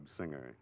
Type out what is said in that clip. singer